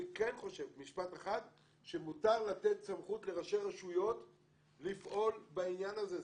אני כן חושב שמותר לתת סמכות לראשי רשויות לפעול בעניין הזה.